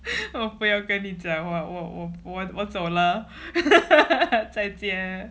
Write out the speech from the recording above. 我不要跟你讲话我我我走了 再见